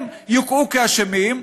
הם יוקעו כאשמים,